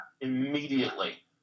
immediately